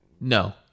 No